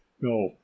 no